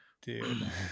dude